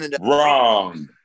wrong